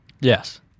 Yes